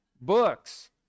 books